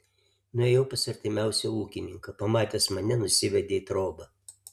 nuėjau pas artimiausią ūkininką pamatęs mane nusivedė į trobą